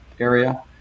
area